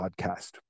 podcast